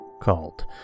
called